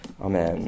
Amen